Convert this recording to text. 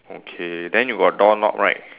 okay then you got doorknob right